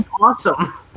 Awesome